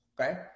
okay